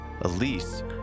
Elise